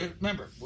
remember